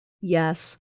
Yes